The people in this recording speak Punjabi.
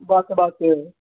ਬਸ ਬਸ